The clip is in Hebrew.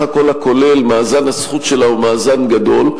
הכול הכולל מאזן הזכות שלה הוא מאזן גדול.